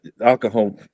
alcohol